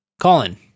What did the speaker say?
Colin